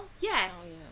Yes